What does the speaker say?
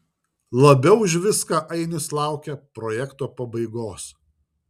labiau už viską ainius laukia projekto pabaigos